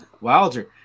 wilder